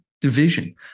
division